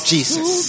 Jesus